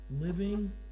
Living